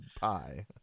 pie